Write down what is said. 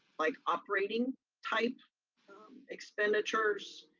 like operating type expenditures,